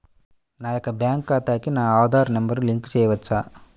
నా యొక్క బ్యాంక్ ఖాతాకి నా ఆధార్ నంబర్ లింక్ చేయవచ్చా?